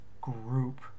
group